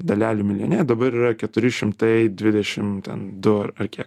dalelių milijone dabar yra keturi šimtai dvidešim ten du ar kiek